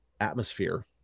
atmosphere